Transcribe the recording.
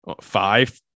five